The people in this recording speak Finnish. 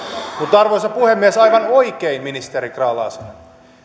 epäselvät arvoisa puhemies aivan oikein ministeri grahn laasonen